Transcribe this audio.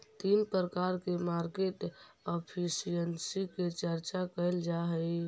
तीन प्रकार के मार्केट एफिशिएंसी के चर्चा कैल जा हई